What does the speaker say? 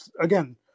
again